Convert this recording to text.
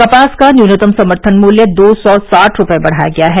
कपास का न्यूनतम समर्थन मूल्य दो सौ साठ रुपये बढ़ाया गया है